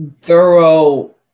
thorough